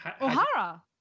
O'Hara